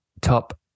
top